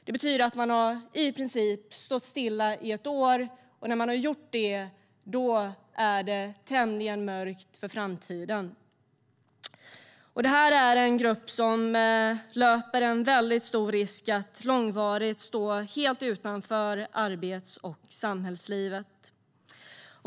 Det betyder att man i princip har stått stilla i ett år, och när man har gjort det är det tämligen mörkt inför framtiden. Det här är en grupp som löper väldigt stor risk att långvarigt stå helt utanför arbets och samhällslivet.